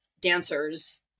dancers